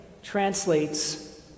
translates